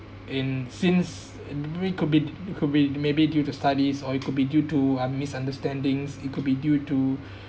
and since we could be it could be maybe due to studies or it could be due to uh misunderstandings it could be due to